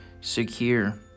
secure